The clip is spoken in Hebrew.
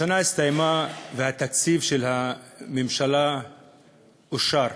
השנה הסתיימה, והתקציב של הממשלה אושר.